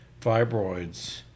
fibroids